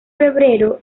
febrero